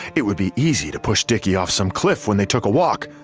it would be easy to push dickie off some cliff when they took a walk,